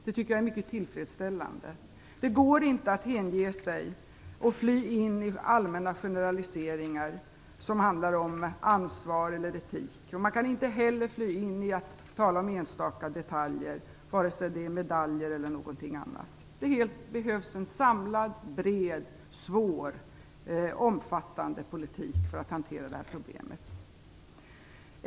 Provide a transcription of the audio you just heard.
Det är mycket tillfredsställande. Det går inte att hänge sig åt allmänna generaliseringar som handlar om ansvar eller etik. Man kan inte heller fly in i att tala om enstaka detaljer, vare sig det är medaljer eller någonting annat. Det behövs en samlad, bred, svår och omfattande politik för att hantera detta problem.